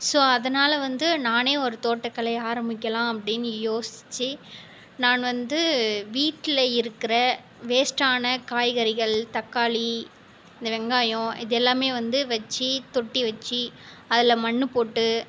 so அதனால் வந்து நானே ஒரு தோட்டக்கலை ஆரம்பிக்கலாம் அப்படின்னு யோசித்து நான் வந்து வீட்டில் இருக்கின்ற வேஸ்ட் ஆன காய்கறிகள் தக்காளி இந்த வெங்காயம் இது எல்லாமே வந்து வச்சு தொட்டி வச்சு அதில் மண் போட்டு